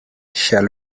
shall